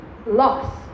Loss